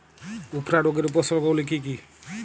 উফরা রোগের উপসর্গগুলি কি কি?